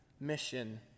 mission